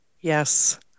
Yes